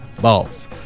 balls